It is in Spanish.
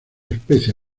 especie